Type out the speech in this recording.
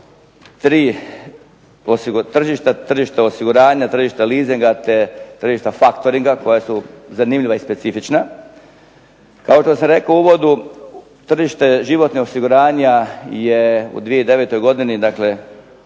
3 tržišta: tržište osiguranja, tržište leasinga te tržište faktoringa koja su zanimljiva i specifična. Kao što sam rekao u uvodu, tržište životnih osiguranja je u 2009. godini, dakle